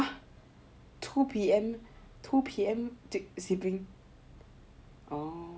!huh! two P_M two P_M sleeping orh